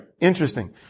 Interesting